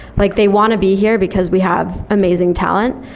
like they want to be here because we have amazing talent.